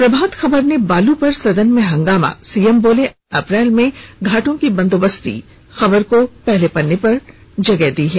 प्रभात खबर ने बालू पर सदन में हंगामा सीएम बोले अप्रैल में घाटों की बंदोबस्ती खबर को पहले पन्ने पर जगह दी है